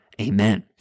Amen